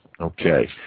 Okay